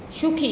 সুখী